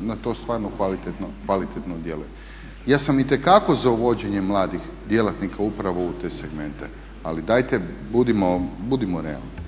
na to stvarno kvalitetno djeluje. Ja sam itekako za uvođenje mladih djelatnika upravo u te segmente ali dajte budimo realni.